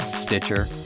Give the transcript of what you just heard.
Stitcher